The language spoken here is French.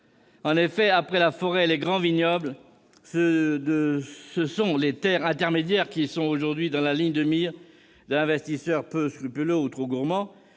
En effet, après la forêt et les grands vignobles, ce sont les terres intermédiaires qui sont aujourd'hui dans la ligne de mire d'investisseurs peu scrupuleux, ou trop gourmands.